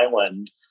island